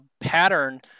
pattern